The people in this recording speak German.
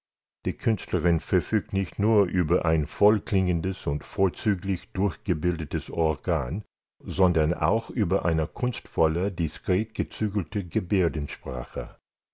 die künstlerin verfügt nicht nur über ein vollklingendes und vorzüglich durchgebildetes organ sondern auch über eine kunstvolle diskret gezügelte gebärdensprache